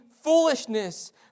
foolishness